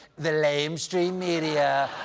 the lamestream media,